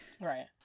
right